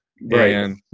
Right